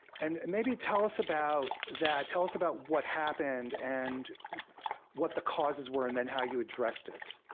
and and maybe tell us about that. tell us about what happened, and what the causes were, and then how you addressed it.